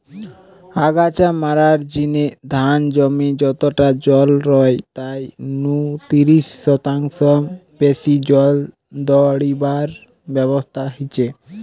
আগাছা মারার জিনে ধান জমি যতটা জল রয় তাই নু তিরিশ শতাংশ বেশি জল দাড়িবার ব্যবস্থা হিচে